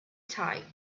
type